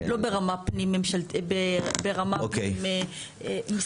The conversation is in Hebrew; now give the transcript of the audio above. לא, לא ברמה פנים, ברמה פנים משרד.